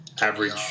average